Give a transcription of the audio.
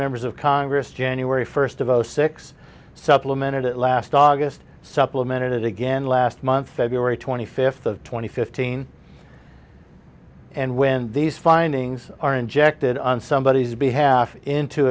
members of congress january first of all six supplemented it last august supplemented it again last month february twenty fifth of two thousand and fifteen and when these findings are injected on somebodies behalf into